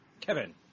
Kevin